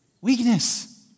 weakness